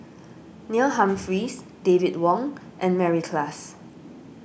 Neil Humphreys David Wong and Mary Klass